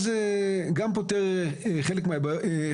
אז, זה גם פותר חלק מהבעיות.